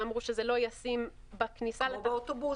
שאמרו שזה לא ישים בכניסה --- כמו באוטובוסים.